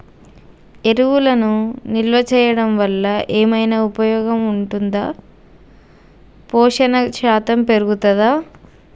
ఎరువులను నిల్వ చేయడం వల్ల ఏమైనా ఉపయోగం ఉంటుందా పోషణ శాతం పెరుగుతదా?